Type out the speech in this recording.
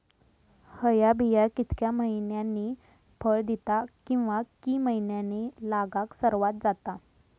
हया बिया कितक्या मैन्यानी फळ दिता कीवा की मैन्यानी लागाक सर्वात जाता?